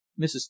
Mrs